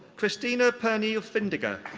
christina pernille findinge. ah